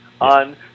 on